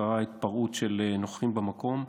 שקרתה התפרעות של נוכחים במקום.